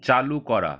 চালু করা